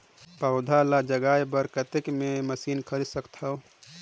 पौधा ल जगाय बर कतेक मे मशीन खरीद सकथव?